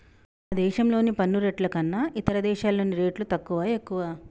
మన దేశంలోని పన్ను రేట్లు కన్నా ఇతర దేశాల్లో రేట్లు తక్కువా, ఎక్కువా